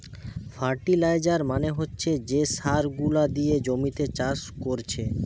fertiliser মানে হচ্ছে যে সার গুলা দিয়ে জমিতে চাষ কোরছে